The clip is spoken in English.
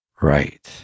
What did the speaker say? right